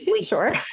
sure